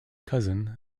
cousin